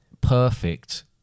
perfect